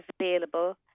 available